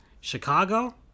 Chicago